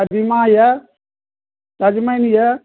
कदीमा यऽ सजमनि यऽ